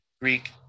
Greek